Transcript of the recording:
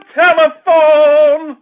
telephone